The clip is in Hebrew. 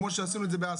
כמו שעשינו את זה לעסקים,